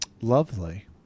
Lovely